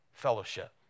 fellowship